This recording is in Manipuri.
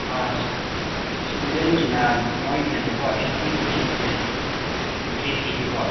ꯑꯥ ꯏꯁꯇꯨꯗꯦꯟꯒꯤꯅ ꯃꯣꯏꯒꯤꯅ ꯂꯨꯄꯥ ꯐꯤꯐꯇꯤ ꯔꯨꯄꯤꯁꯅꯦ ꯑꯦꯟꯇ꯭ꯔꯤ ꯐꯤꯁꯦꯀꯣ